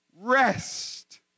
rest